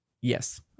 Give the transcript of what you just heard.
Yes